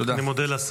תודה.